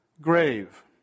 grave